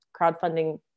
crowdfunding